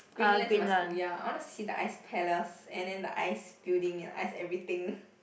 Greenland's a must go ya I want to see the ice palace and then the ice building and ice everything